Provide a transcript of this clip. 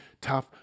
tough